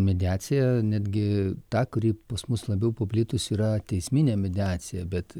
mediaciją netgi tą kuri pas mus labiau paplitusi yra teisminė mediacija bet